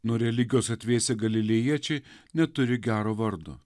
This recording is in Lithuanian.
nuo religijos atvėsę galilėjiečiai neturi gero vardo